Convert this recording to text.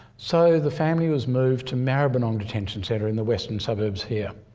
so the family was moved to maribyrnong detention centre in the western suburbs here